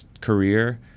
career